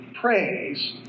praise